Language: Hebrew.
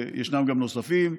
וישנם גם נוספים.